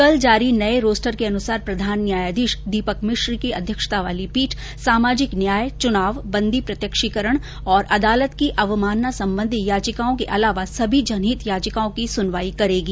कल जारी नए रोस्टर के अनुसार प्रधान न्यायाधीश दीपक मिश्र की अध्यक्षता वाली पीठ सामाजिक न्याय चुनाव बंदी प्रत्यक्षीकरण और अदालत की अवमानना संबंधी याचिकाओं के अलावा सभी जनहित याचिकाओं की सुनवाई करेगी